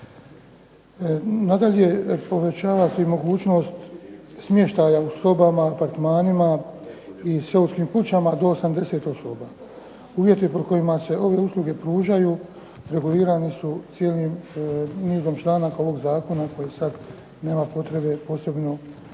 Nadalje, povećava se i mogućnost smještaja u sobama, apartmanima i seoskim kućama do 80 osoba. Uvjeti pod kojima se ove usluge pružaju regulirani su cijelim nizom članaka ovog zakona koji sad nema potrebe posebno navoditi.